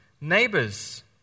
neighbors